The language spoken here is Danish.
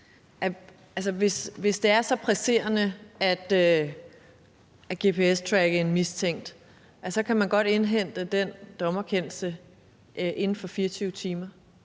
hvis det er så presserende at gps-tracke en mistænkt, godt kan indhente den dommerkendelse inden for 24 timer,